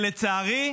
לצערי,